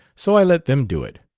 so i let them do it.